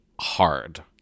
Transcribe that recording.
hard